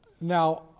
Now